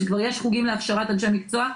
שכבר יש חוגים להכשרת אנשי המקצוע.